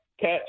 catch